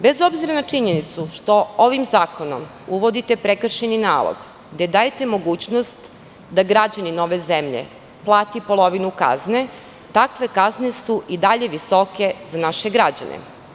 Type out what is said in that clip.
Bez obzira na činjenicu što ovim zakonom uvodite prekršajni nalog, gde dajete mogućnost da građanin ove zemlje plati polovinu kazne, takve kazne su i dalje visoke za naše građane.